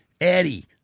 Eddie